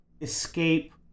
escape